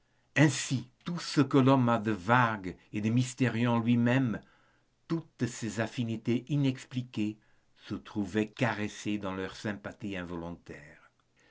ainsi tout ce que l'homme a de vague et de mystérieux en lui-même toutes ses affinités inexpliquées se trouvaient caressées dans leurs sympathies involontaires